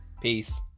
Peace